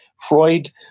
Freud